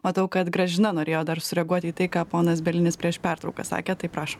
matau kad gražina norėjo dar sureaguoti į tai ką ponas bielinis prieš pertrauką sakė taip rašom